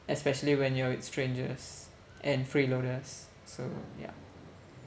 especially when you're with strangers and freeloaders so yeah